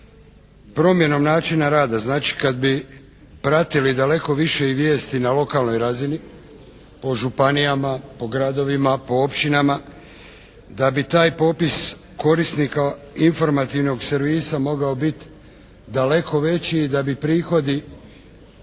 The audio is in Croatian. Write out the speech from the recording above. promjenom načina rada, znači kad bi pratili daleko više i vijesti na lokalnoj razini po županijama, po gradovima, po općinama, da bi taj popis korisnika informativnog servisa mogao biti daleko veći, da bi prihodi